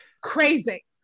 crazy